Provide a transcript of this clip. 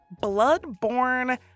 blood-borne